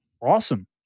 awesome